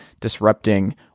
disrupting